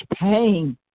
pain